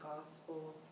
gospel